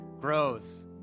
grows